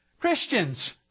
Christians